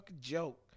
joke